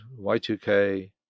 Y2K